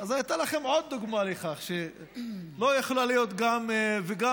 אז הייתה לכם עוד דוגמה לכך שלא יכולה להיות גם וגם,